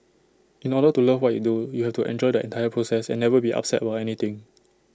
in order to love what you do you have to enjoy the entire process and never be upset about anything